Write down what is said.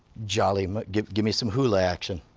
jolly, but give give me some hula action.